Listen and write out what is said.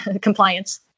compliance